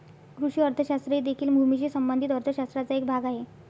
कृषी अर्थशास्त्र हे देखील भूमीशी संबंधित अर्थ शास्त्राचा एक भाग आहे